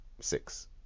Six